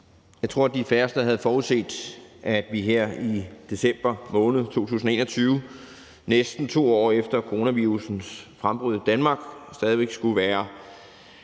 Jeg tror, at de færreste havde forudset, at vi her i december måned 2021 – næsten 2 år efter coronavirussens frembrud i Danmark – stadig væk skulle være